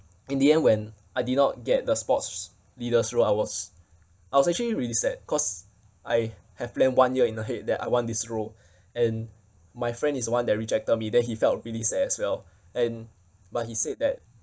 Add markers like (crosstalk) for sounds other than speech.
in the end when I did not get the sports leaders role I was I was actually really sad cause I have planned one year in ahead that I want this role (breath) and my friend is the one that rejected me then he felt really sad as well and but he said that